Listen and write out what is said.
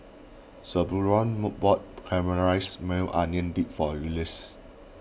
Zebulon more bought Caramelized Maui Onion Dip for Ulises